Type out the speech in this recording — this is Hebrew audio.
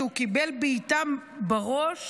כי הוא קיבל בעיטה בראש